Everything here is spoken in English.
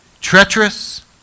treacherous